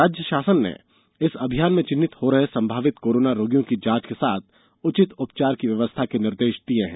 राज्य शासन ने इस अभियान में चिन्हित हो रहे संभावित कोरोना रोगियों की जांच के साथ उचित उपचार की व्यवस्था के निर्देश दिये है